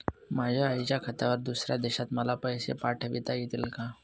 माझ्या आईच्या खात्यावर दुसऱ्या देशात मला पैसे पाठविता येतील का?